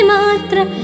Matra